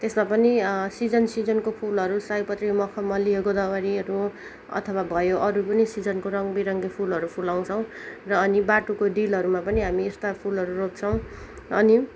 त्यसमा पनि सिजन सिजनको फुलहरू सयपत्री मखमली गोदावरीहरू अथवा भयो अरू पनि सिजनको रङ्ग बिरङ्गी फुलहरू फुलाउछौँ र अनि बाटोको डिलहरूमा पनि हामी यस्ता फुलहरू रोप्छौँ अनि